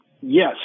Yes